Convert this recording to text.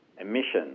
emissions